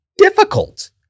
Difficult